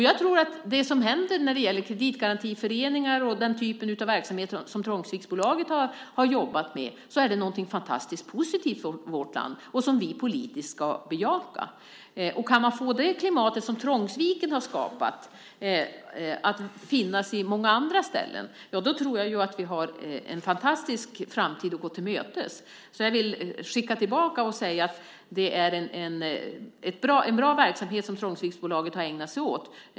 Jag tror att det som händer när det gäller kreditgarantiföreningar och den typen av verksamhet som Trångsviksbolaget har jobbat med är någonting fantastiskt positivt för vårt land och som vi politiskt ska bejaka. Och om man kan få det klimat som Trångsviken har skapat att finnas på många andra ställen, då tror jag att vi har en fantastisk framtid att gå till mötes. Jag vill därför skicka tillbaka att det är en bra verksamhet som Trångsviksbolaget har ägnat sig åt.